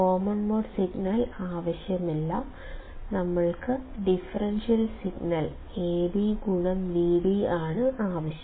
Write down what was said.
common mode signal ആവശ്യമില്ല ഞങ്ങൾക്ക് differential signal Ad Vd ആണ് ആവശ്യം